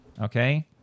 Okay